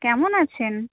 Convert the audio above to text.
কেমন আছেন